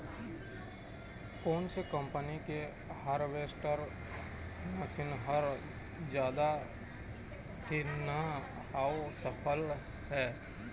कोन से कम्पनी के हारवेस्टर मशीन हर जादा ठीन्ना अऊ सफल हे?